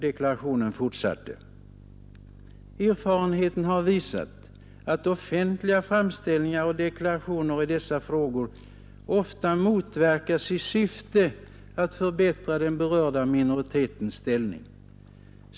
Deklarationen fortsatte: ”Erfarenheten har visat att offentliga framställningar och deklarationer i dessa frågor ofta motverkar sitt syfte att förbättra den berörda minoritetens ställning.